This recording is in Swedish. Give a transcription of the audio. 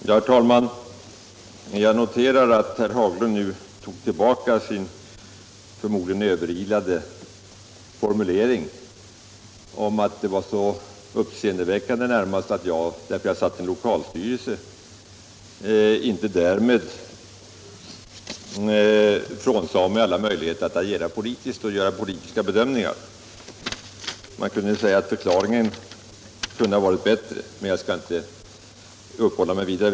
Herr talman! Jag noterar att herr Haglund nu tog tillbaka sin förmodligen överilade formulering att det närmast var uppseendeväckande att jag satt med i en av PK-bankens lokalstyrelser och inte därmed frånsade mig alla möjligheter att agera politiskt och göra politiska bedömningar. Man kan ju säga att förklaringen kunde ha varit bättre, men jag skall inte uppehålla mig mera vid det.